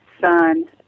son